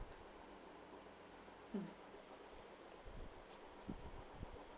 mm